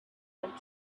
went